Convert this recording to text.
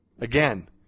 Again